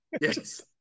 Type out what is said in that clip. yes